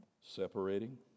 separating